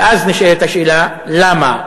ואז נשאלת השאלה, למה?